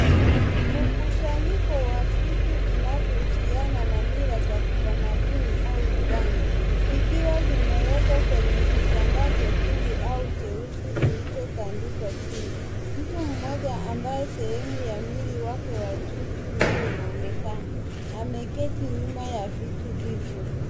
Mkusanyiko wa vitu vinavyohusiana na mila za kitamaduni au uganga vikiwa vimekwa kwenye kitambaa jekundu au jeusi kilicho tandikwa chini ,mtu mmoja ambaye sehemu ya mwili ya juu tu ndio inaonekana ameketi nyuma ya vitu hivyo.